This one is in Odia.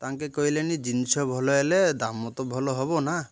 ତାଙ୍କେ କହିଲେନି ଜିନିଷ ଭଲ ହେଲେ ଦାମ ତ ଭଲ ହେବ ନା